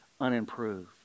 unimproved